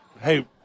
Hey